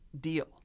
deal